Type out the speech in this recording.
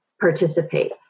participate